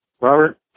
Robert